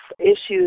issues